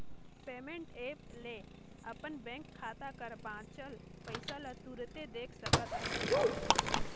payment app ले अपन bank खाता कर बांचल पइसा ल तुरते देख सकत अहस